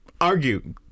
Argue